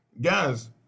guys